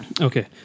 Okay